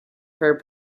her